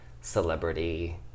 Celebrity